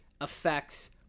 affects